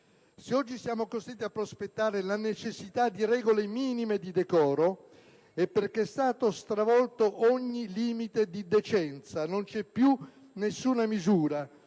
Se oggi siamo costretti a prospettare la necessità di regole minime di decoro è perché è stato travolto ogni limite di decenza, non c'è più nessuna misura,